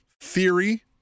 Theory